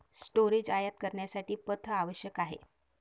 storage आयात करण्यासाठी पथ आवश्यक आहे